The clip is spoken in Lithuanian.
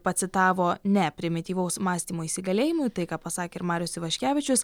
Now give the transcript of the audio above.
pacitavo ne primityvaus mąstymo įsigalėjimui tai ką pasakė ir marius ivaškevičius